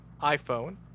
iPhone